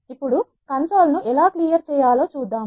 ఇప్పుడు consoleకన్సోల్ ను ఎలా క్లియర్ చేయాలో చూద్దాం